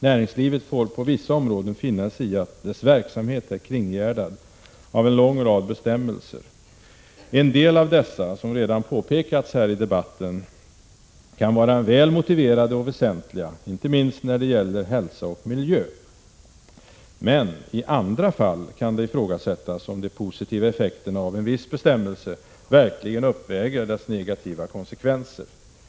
Näringslivet får på vissa områden finna sig i att dess verksamhet är kringgärdad av en lång rad bestämmelser. En del av dessa kan, som redan påpekats i debatten, vara väl motiverade och väsentliga, inte minst när det gäller hälsa och miljö, men i andra fall kan det ifrågasättas om de positiva effekterna av en viss bestämmelse verkligen uppväger dess negativa konse — Prot. 1986/87:130 kvenser.